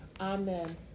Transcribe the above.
amen